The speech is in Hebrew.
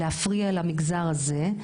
להפריע למגזר הזה,